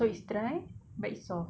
so it's dry but it's soft